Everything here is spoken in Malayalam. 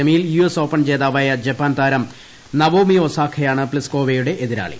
സെമിയിൽ യു എസ് ഓപ്പൺ ജേതാവായ ജപ്പാൻ താരം നവോമി ഒസാഖയാണ് പ്തിസ്കോവയുടെ എതിരാളി